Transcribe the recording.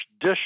dish